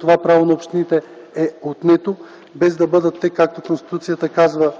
Това право на общините е отнето през 2008 г., без да бъдат те, както Конституцията казва,